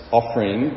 offering